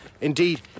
Indeed